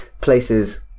places